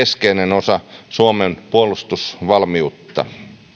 osa suomen puolustusvalmiutta